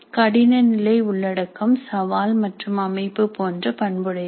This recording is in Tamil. கடின நிலை உள்ளடக்கம் சவால் மற்றும் அமைப்பு போன்ற பண்புடையது